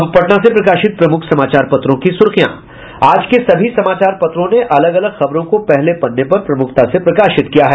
अब पटना से प्रकाशित प्रमुख समाचार पत्रों की सुर्खियां आज के सभी समाचार पत्रों ने अलग अलग खबरों को पहले पन्ने पर प्रमुखता से प्रकाशित किया है